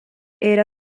era